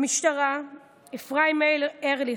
במשטרה אפרים ארליך,